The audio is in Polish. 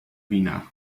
wina